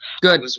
Good